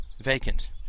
vacant